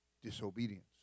disobedience